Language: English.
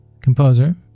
composer